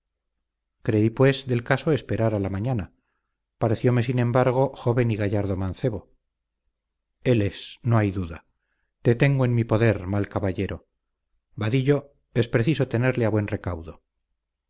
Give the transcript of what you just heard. creí pues del caso esperar a la mañana parecióme sin embargo joven y gallardo mancebo él es no hay duda te tengo en mi poder mal caballero vadillo es preciso tenerle a buen recaudo